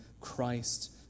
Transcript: Christ